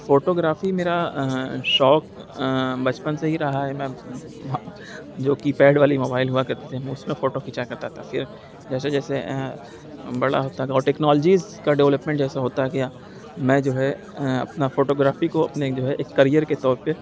photography میرا شوق بچپن سے ہی رہا ہے میں جو کی پیڈ والی موبائل ہوا کرتی تھی میں اس میں فوٹو کھینچا کرتا تھا پھر جیسے جیسے بڑا ہوتا گیا اور ٹیکنالجیز کا ڈویلپمنٹ جیسے ہوتا گیا میں جو ہے اپنا فوٹوگرافی کو اپنے جو ہے ایک کریئر کے طور پہ